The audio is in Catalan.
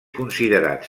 considerat